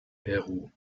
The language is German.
peru